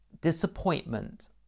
disappointment